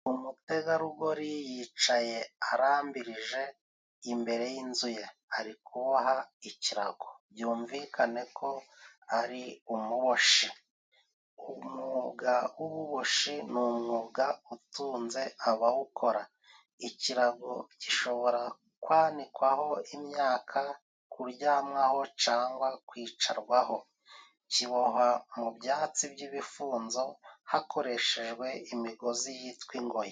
Umutegarugori yicaye arambirije imbere y'inzu ye. Ari kuboha icirago. Byumvikane ko ari umuboshi. Umwuga w'ububoshi ni umwuga utunze abawukora. Icirago gishobora kwanikwaho imyaka, kuryamwaho, cangwa kwicarwaho. Kibohwa mu byatsi by'ibifunzo hakoreshejwe imigozi yitwa ingoyi.